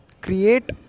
create